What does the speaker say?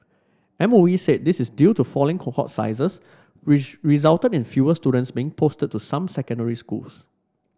M O E said this is due to falling cohort sizes which resulted in fewer students being posted to some secondary schools